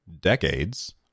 decades